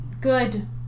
good